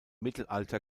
mittelalter